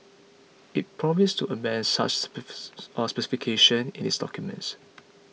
it promised to amend such specifications in its documents